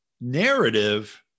Narrative